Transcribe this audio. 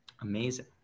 Amazing